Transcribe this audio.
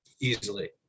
easily